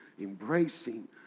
embracing